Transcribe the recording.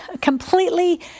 completely